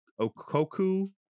Okoku